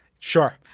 Sure